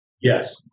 Yes